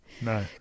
No